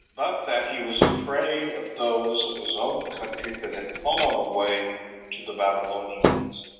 but that he was afraid of those of his own country that had fallen away to the babylonians,